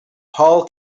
paul